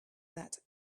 that